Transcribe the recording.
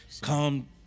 Come